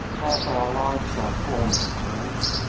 half our lives are formed of dreams,